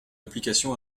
application